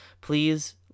please